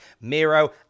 Miro